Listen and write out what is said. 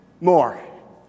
More